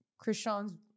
Krishan's